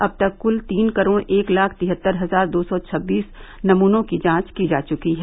अब तक कुल तीन करोड़ एक लाख तिहत्तर हजार दो सौ छब्बीस नमूनों की जांच की जा चुकी है